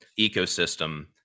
ecosystem